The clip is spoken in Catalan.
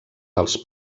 dels